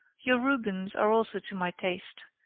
your rubens are also to my taste,